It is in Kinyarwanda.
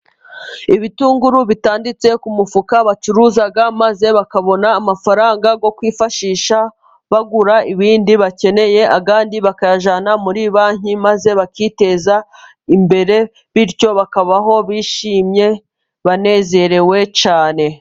Ibitunguru bitanditse ku mufuka, bacuruza maze bakabona amafaranga yo kwifashisha bagura ibindi bakeneye, ayandi bakayajyana muri banki maze bakiteza imbere, bityo bakabaho bishimye banezerewe cyane.